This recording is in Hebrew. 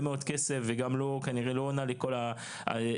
מאוד כסף וגם כנראה לא עונה לכל הצרכים.